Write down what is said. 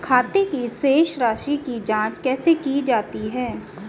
खाते की शेष राशी की जांच कैसे की जाती है?